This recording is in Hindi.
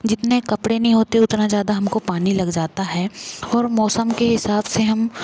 जितने कपड़े नहीं होते उतना ज़्यादा हमको पानी लग जाता है और मौसम के हिसाब से हम